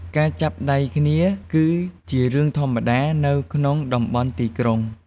ការចាប់ដៃគ្នា គឺជារឿងធម្មតានៅក្នុងតំបន់ទីក្រុង។